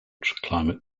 climate